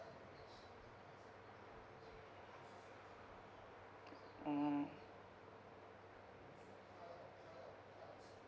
mm